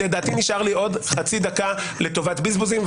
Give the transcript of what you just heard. לדעתי נשארה לי עוד חצי דקה לטובת בזבוזים,